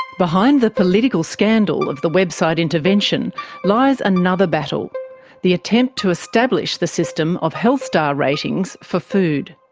behind the political scandal of the website intervention lies another battle the attempt to establish the system of health star ratings for food.